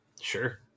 Sure